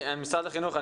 משרד החינוך,